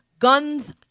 Guns